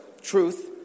truth